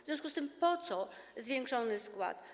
W związku z tym po co zwiększony skład?